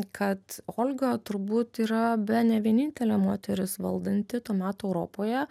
kad olga turbūt yra bene vienintelė moteris valdanti tuo metu europoje